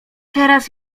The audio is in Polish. teraz